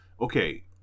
Okay